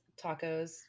tacos